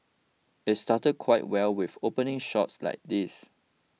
it started quite well with opening shots like these